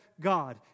God